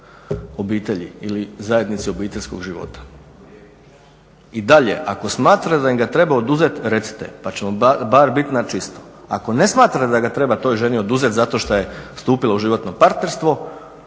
obitelji ili zajednici obiteljskog života. I dalje, ako smatra da im ga treba oduzeti, recite pa ćemo bar biti na čisto. Ako ne smatra da ga treba toj ženi oduzeti zato što je stupila u životno partnerstvo,